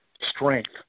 Strength